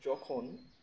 যখন